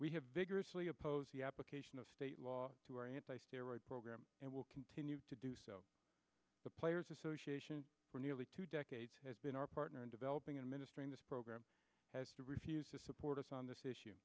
we have bigger asli opposed the application of state law to our anti steroids program and will continue to do so the players association for nearly two decades has been our partner in developing and ministering this program has refused to support us on this issue